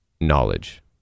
knowledge